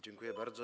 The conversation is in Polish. Dziękuję bardzo.